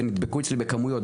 ונדבקו אצלנו בכמויות,